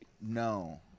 No